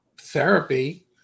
therapy